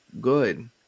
good